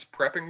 prepping